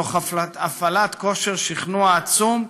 תוך הפעלת כושר שכנוע עצום,